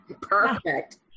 Perfect